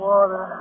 Water